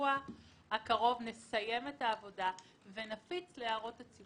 שבשבוע הקרוב נסיים את העבודה ונפיץ להערות הציבור.